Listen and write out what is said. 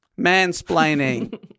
Mansplaining